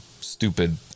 stupid